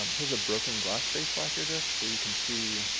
um here's a broken glass based lacquer disc where you can see